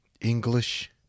English